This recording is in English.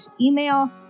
email